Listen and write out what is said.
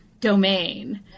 domain